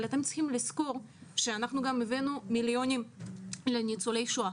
אבל אתם צריכים לזכור שאנחנו גם הבאנו מיליונים לניצולי שואה,